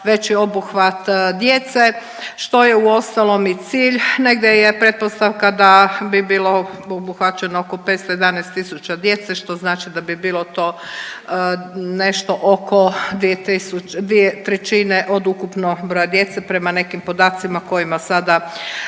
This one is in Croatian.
veći obuhvat djece, što je uostalom i cilj. Negdje je pretpostavka da bi bilo obuhvaćeno oko 511 tisuća djece, što znači da bi bilo to nešto oko 2 tisuće, dvije trećine od ukupnog broja djece, prema nekim podacima kojima sada